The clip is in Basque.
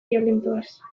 biolentoaz